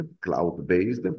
cloud-based